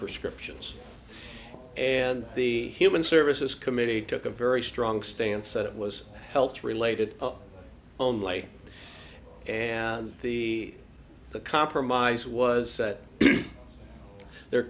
prescriptions and the human services committee took a very strong stance that it was health related only and the the compromise was that there